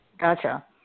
Gotcha